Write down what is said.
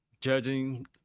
judging